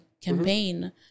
campaign